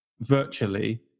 virtually